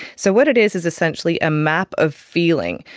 so what it is is essentially a map of feeling.